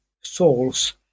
souls